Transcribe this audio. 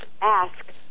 ask